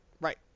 Right